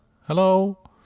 Hello